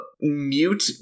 mute